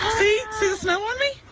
the snow? i mean